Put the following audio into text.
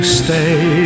stay